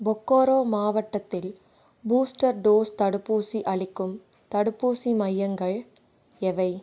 பொக்கோரோ மாவட்டத்தில் booster dose தடுப்பூசி அளிக்கும் தடுப்பூசி மையங்கள் எவை